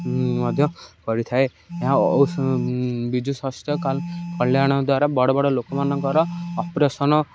ମଧ୍ୟ କରିଥାଏ ଏହା ଔଷ ବିଜୁ ସ୍ୱାସ୍ଥ୍ୟ କଲ୍ୟାଣ ଦ୍ୱାରା ବଡ଼ ବଡ଼ ଲୋକମାନଙ୍କର ଅପରେସନ